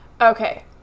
okay